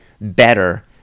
better